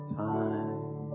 time